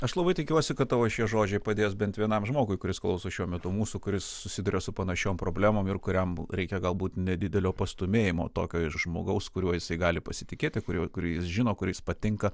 aš labai tikiuosi kad tavo šie žodžiai padės bent vienam žmogui kuris klauso šiuo metu mūsų kuris susiduria su panašiom problemom ir kuriam reikia galbūt nedidelio pastūmėjimo tokio iš žmogaus kuriuo jisai gali pasitikėti kuriuo kurį jis žino kuris patinka